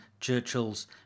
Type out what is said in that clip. Churchill's